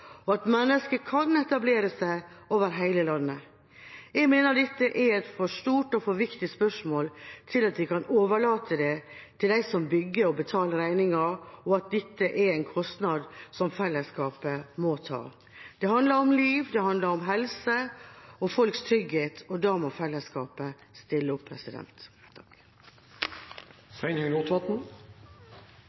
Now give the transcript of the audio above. og at mennesker kan etablere seg over hele landet. Jeg mener dette er et for stort og for viktig spørsmål til at vi kan overlate til dem som bygger, å betale regningen, og at dette er en kostnad som fellesskapet må ta. Det handler om liv, det handler om helse og folks trygghet, og da må fellesskapet stille opp.